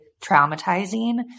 traumatizing